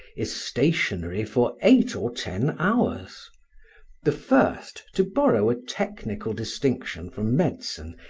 is stationary for eight or ten hours the first, to borrow a technical distinction from medicine,